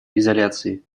изоляции